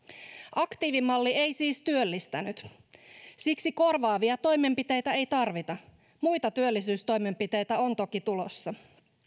aktiivimalli ei siis työllistänyt siksi korvaavia toimenpiteitä ei tarvita muita työllisyystoimenpiteitä on toki tulossa